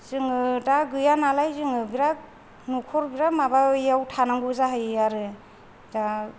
जोङो दा गैया नालाय जोङो बिराद न'खर माबायाव थानांगौ जाहैयो आरो दा